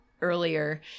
earlier